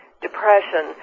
depression